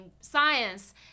science